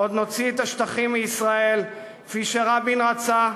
עוד נוציא את השטחים מישראל כפי שרבין רצה,